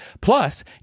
Plus